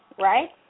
Right